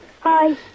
Hi